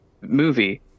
movie